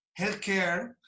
healthcare